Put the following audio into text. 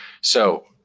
So-